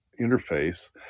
interface